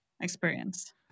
experience